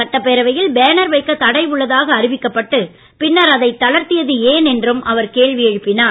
சட்டப்பேரவையில் பேனர் வைக்க தடை உள்ளதாக அறிவிக்கப்பட்டு பின்னர் அதை தளர்த்தியது ஏன் என்றும் அவர் கேள்வி எழுப்பினார்